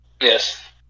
Yes